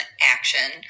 Action